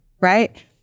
right